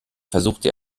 versuchte